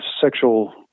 sexual